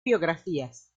biografías